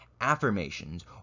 affirmations